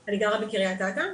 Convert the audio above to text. אני גרה בקריית אתא,